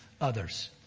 others